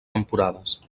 temporades